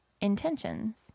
intentions